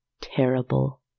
terrible